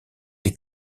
des